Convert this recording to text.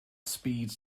speeds